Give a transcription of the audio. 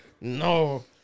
No